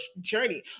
journey